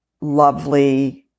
lovely